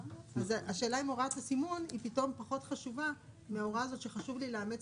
השאלה אם הוראת הסימון פחות חשובה מההוראה שחשוב לי לאמץ